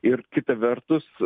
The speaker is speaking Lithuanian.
ir kita vertus